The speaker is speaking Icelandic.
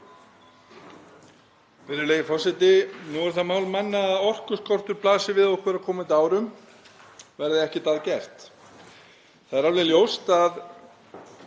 Virðulegi forseti. Nú er það mál manna að orkuskortur blasir við okkur á komandi árum verði ekkert að gert. Það er alveg ljóst að